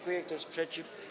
Kto jest przeciw?